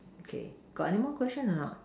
okay got anymore question or not